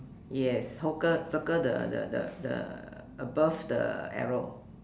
yes circle circle the the the above the arrow